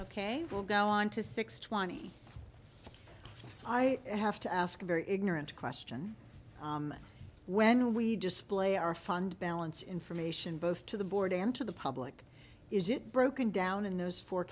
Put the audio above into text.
ok we'll go on to six twenty i have to ask a very ignorant question when we display our fund balance information both to the board and to the public is it broken down in those four